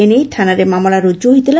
ଏନେଇ ଥାନାରେ ମାମଲା ରୁଜୁ ହୋଇଥିଲା